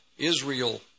Israel